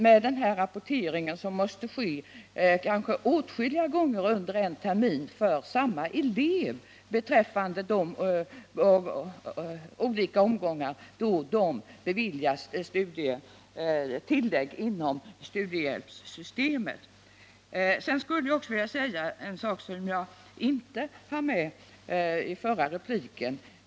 Men denna rapportering, som kanske måste ske åtskilliga gånger under en termin för samma elev, beträffande de olika omgångar då eleverna beviljats tillägg inom studiehjälpssystemet kommer att innebära en oerhörd belastning på skolstyrelserna och studiestödsnämnden. Jag skulle också vilja säga en sak som jag inte hann med i den förra repliken.